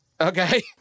Okay